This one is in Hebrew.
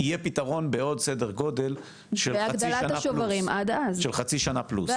יהיה פתרון בעוד סדר גודל של חצי שנה פלוס.